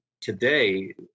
today